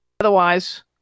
Otherwise